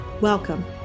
Welcome